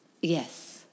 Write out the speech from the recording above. Yes